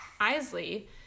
Isley